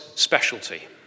specialty